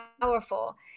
powerful